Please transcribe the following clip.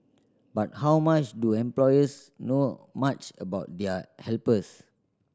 but how much do employers know much about their helpers